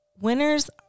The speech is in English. Winners